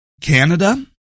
Canada